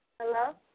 Hello